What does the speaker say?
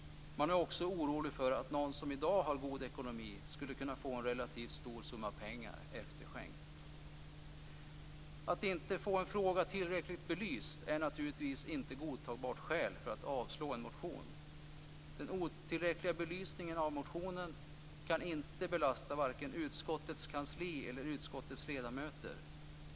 Man är också orolig för att någon som i dag har god ekonomi skulle kunna få en relativt stor summa pengar efterskänkt. Att inte få en fråga tillräckligt belyst är naturligtvis inte ett godtagbart skäl för att avstyrka en motion. Den otillräckliga belysningen av motionen kan inte belasta vare sig utskottets kansli eller utskottets ledamöter.